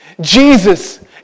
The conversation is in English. Jesus